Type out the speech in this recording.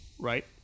right